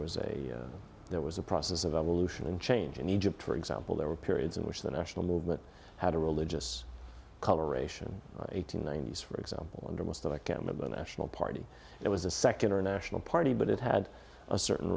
was a there was a process of evolution in change in egypt for example there were periods in which the national movement had a religious coloration eighteen nineties for example under most i can't remember a national party it was a secular national party but it had a certain